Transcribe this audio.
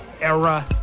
era